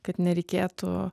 kad nereikėtų